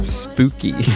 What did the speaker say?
spooky